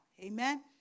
Amen